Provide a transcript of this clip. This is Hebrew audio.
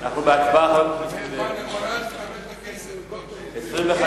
בעד, 25,